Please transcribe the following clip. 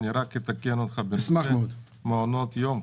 אני רק אתקן אותך בנושא מעונות היום.